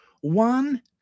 one